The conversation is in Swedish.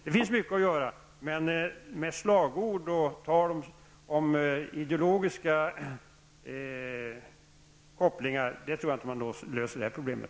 Det finns mycket att göra, men jag tror inte att man löser problemet med slagord och tal om ideologiska kopplingar.